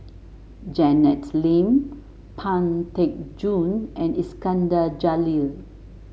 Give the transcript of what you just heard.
Janet Lim Pang Teck Joon and Iskandar Jalil